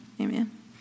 amen